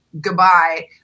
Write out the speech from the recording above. goodbye